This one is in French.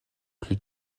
plus